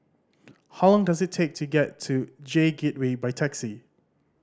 how long does it take to get to J Gateway by taxi